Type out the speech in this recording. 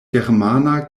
germana